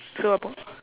so what about